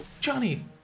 Johnny